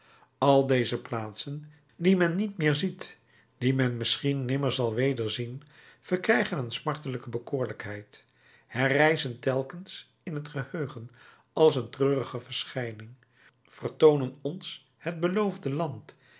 al deze plaatsen die men niet meer ziet die men misschien nimmer zal wederzien verkrijgen een smartelijke bekoorlijkheid herrijzen telkens in het geheugen als een treurige verschijning vertoonen ons het beloofde land